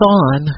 on